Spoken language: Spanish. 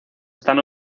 están